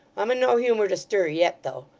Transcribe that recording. i'm in no humour to stir yet, though.